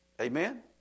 Amen